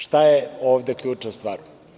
Šta je ovde ključna stvar?